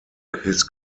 his